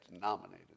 nominated